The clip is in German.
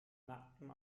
nacktem